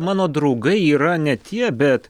mano draugai yra ne tie bet